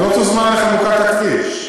אז לא תוזמן לחנוכת הכביש.